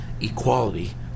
equality